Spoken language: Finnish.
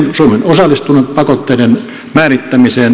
suomi on osallistunut pakotteiden määrittämiseen